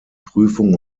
prüfung